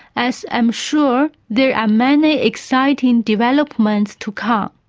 as i'm sure there are many exciting developments to come.